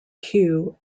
queue